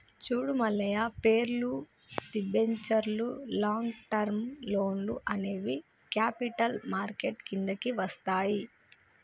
చూడు మల్లయ్య పేర్లు, దిబెంచర్లు లాంగ్ టర్మ్ లోన్లు అనేవి క్యాపిటల్ మార్కెట్ కిందికి వస్తాయి